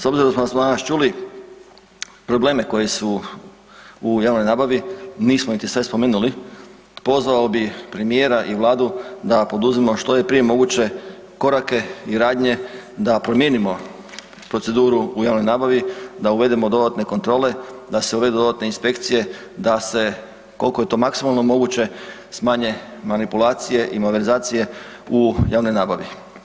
S obzirom da smo danas čuli probleme koji su u javnoj nabavi, nismo niti sve spomenuli, pozvao bi premijera i Vladu da poduzmu što je prije moguće korake i radnje da promijenimo proceduru u javnoj nabavi, da uvedemo dodatne kontrole, da se uvedu dodatne inspekcije, da se koliko je to maksimalno moguće smanje manipulacije i malverzacije u javnoj nabavi.